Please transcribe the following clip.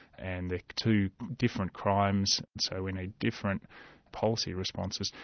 and they're two different crimes, so we need different policy responses,